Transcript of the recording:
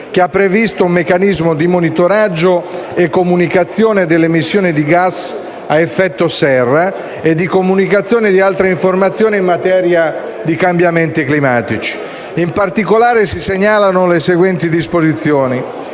che ha previsto un meccanismo di monitoraggio e comunicazione delle emissioni di gas a effetto serra e di comunicazione di altre informazioni in materia di cambiamenti climatici. In particolare, si segnalano le seguenti disposizioni.